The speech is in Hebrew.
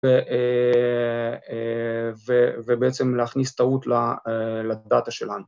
ובעצם להכניס טעות לדאטה שלנו.